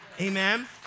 amen